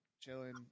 chilling